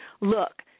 look